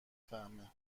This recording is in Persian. فهمه